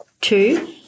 Two